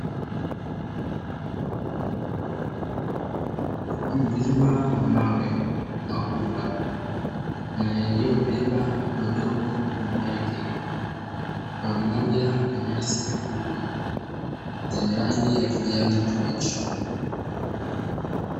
Mlima wa mawe makubwa na yaliyobeba madogo juu yake pamoja na nyasi fupi zenye rangi ya kijani kibichi